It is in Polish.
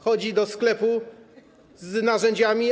Chodzi do sklepu z narzędziami?